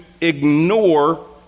ignore